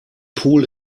pool